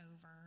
over